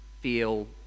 feel